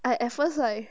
I at first I